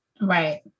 Right